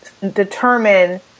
determine